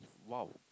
!wow!